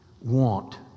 want